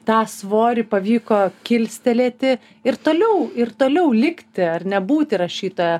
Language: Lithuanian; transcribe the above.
tą svorį pavyko kilstelėti ir toliau ir toliau likti ar ne būti rašytoja